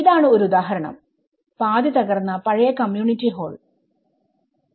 ഇതാണ് ഒരു ഉദാഹരണം പാതി തകർന്ന പഴയ കമ്മ്യൂണിറ്റി ഹാൾ ആണ് ഇത്